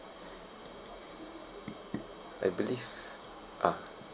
I believe ah